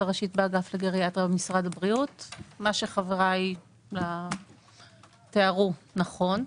מה שחבריי תיארו הוא נכון.